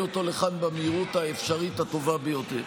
אותו לכאן במהירות האפשרית הטובה ביותר.